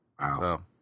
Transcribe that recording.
Wow